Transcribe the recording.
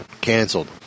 canceled